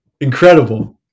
Incredible